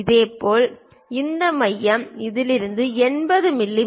இதேபோல் இந்த மையம் இதிலிருந்து 80 மி